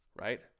Right